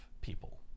people